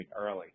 early